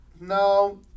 No